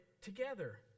together